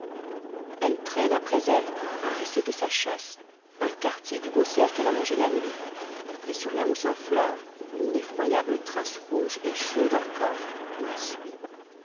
elle trains après elle un reste de sa chasse un quartier du beau cerf qu'eme a mangé la nuit et sur la mousse en heur une effroyable trace rouge et chaude encore la suit